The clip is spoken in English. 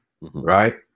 right